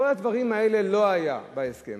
כל הדברים האלה לא היו בהסכם.